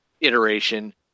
iteration